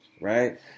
right